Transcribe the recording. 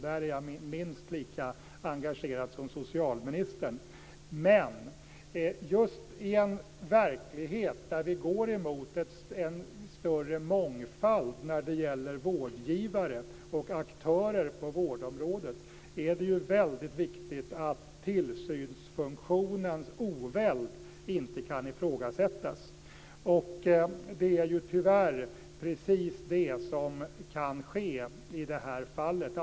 Där är jag minst lika engagerad som socialministern. Men just i den verklighet där vi går emot en större mångfald när det gäller vårdgivare och aktörer på vårdområdet är det väldigt viktigt att tillsynsfunktionens oväld inte kan ifrågasättas. Det är tyvärr precis det som kan ske i det här fallet.